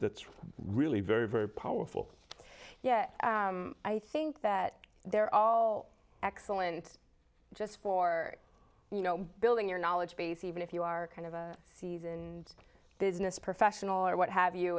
's really very very powerful yet i think that they're all excellent just for you know building your knowledge base even if you are kind of a seasoned business professional or what have you